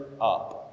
up